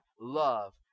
love